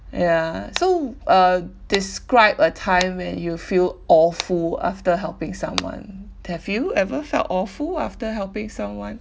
ya so uh describe a time when you feel awful after helping someone have you ever felt awful after helping someone